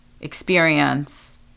experience